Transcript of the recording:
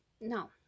Now